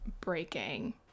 breaking